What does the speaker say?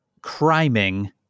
criming